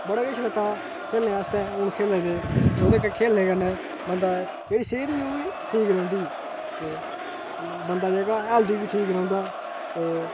बड़ा किश लैत्ता खेल्लनै आस्तै हून खेला दे खेल्लनै कन्नै बंदा जेह्ड़ी सेह्त बी ओह् जेह्ड़ी ठीक रौहंदी ते बंदा जेह्का हेल्थी बी ठीक रौहंदा ते